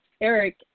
Eric